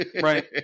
Right